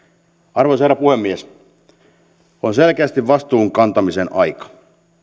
arvoisa herra puhemies on selkeästi vastuun kantamisen aika